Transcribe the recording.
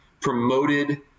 promoted